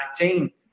2019